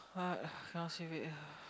what cannot save it